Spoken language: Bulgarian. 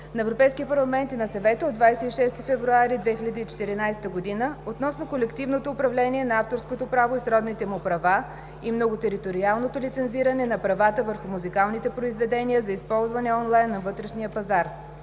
на Европейския парламент и на Съвета от 26 февруари 2014 г. относно колективното управление на авторското право и сродните му права и многотериториалното лицензиране на правата върху музикалните произведения за използване онлайн на вътрешния пазар.